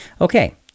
Okay